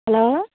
hello